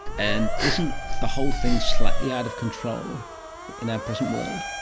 and isn't the whole thing slightly out of control in our present world?